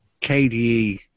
KDE